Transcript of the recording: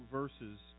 verses